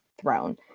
throne